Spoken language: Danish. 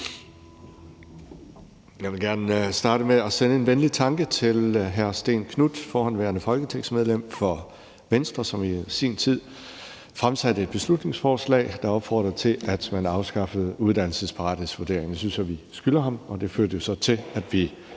Jeg vil gerne starte med at sende en venlig tanke til hr. Stén Knuth, forhenværende folketingsmedlem for Venstre, som i sin tid fremsatte et beslutningsforslag, der opfordrede til, at man afskaffede uddannelsesparathedsvurderingen. Det synes jeg vi skylder ham. Det førte jo så til, at vi